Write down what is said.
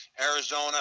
Arizona